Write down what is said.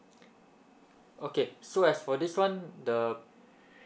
okay so as for this one the